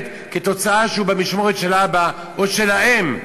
לילד כתוצאה מכך שהוא במשמורת של האב או של האם,